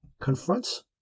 confronts